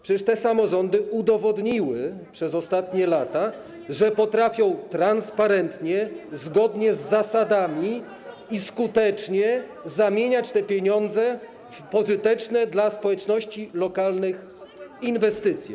Przecież te samorządy udowodniły przez ostatnie lata, że potrafią transparentnie, zgodnie z zasadami i skutecznie zamieniać te pieniądze w pożyteczne dla społeczności lokalnych inwestycje.